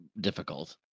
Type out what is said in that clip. difficult